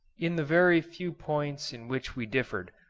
in the very few points in which we differed,